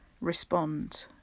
respond